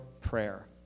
prayer